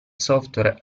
software